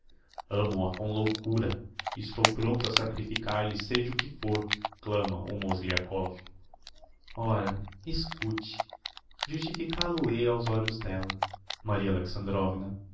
amo-a com loucura e estou prompto a sacrificar lhe seja o que for clama o mozgliakov ora escute justifica lo hei aos olhos d'ella maria